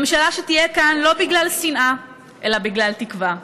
ממשלה שתהיה כאן לא בגלל שנאה אלא בגלל תקווה,